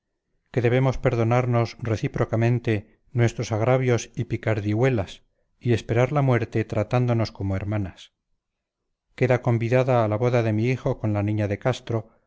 que debemos perdonarnos recíprocamente nuestros agravios y picardihuelas y esperar la muerte tratándonos como hermanas queda convidada a la boda de mi hijo con la niña de castro